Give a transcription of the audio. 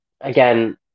again